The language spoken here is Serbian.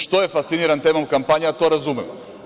Što je fasciniran temom kampanja, to razumem.